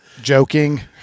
Joking